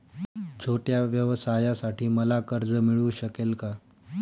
छोट्या व्यवसायासाठी मला कर्ज मिळू शकेल का?